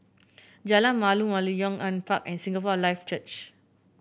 Jalan Malu Malu Yong An Park and Singapore Life Church